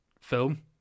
film